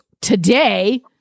today